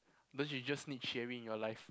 don't you just need Cherry in your life